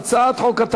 הודעה למזכירת הכנסת.